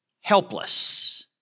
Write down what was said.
helpless